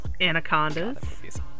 Anacondas